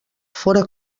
fóra